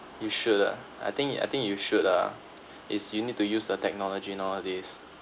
you should lah I think I think you should lah it's you need to use the technology nowadays